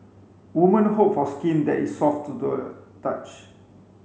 women hope for skin that is soft to the touch